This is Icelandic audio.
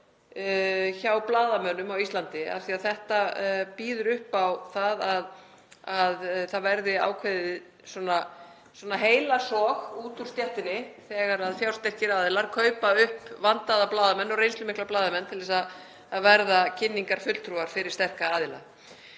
hjá blaðamönnum á Íslandi því að þetta býður upp á að það verði ákveðið heilasog út úr stéttinni þegar fjársterkir aðilar kaupa upp vandaða blaðamenn og reynslumikla blaðamenn til að verða kynningarfulltrúar fyrir sterka aðila.